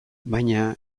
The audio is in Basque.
baina